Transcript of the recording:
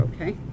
okay